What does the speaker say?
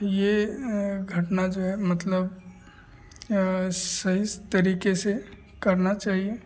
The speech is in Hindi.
तो यह घटना जो है मतलब सही से तरीके से करना चाहिए